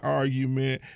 argument